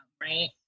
right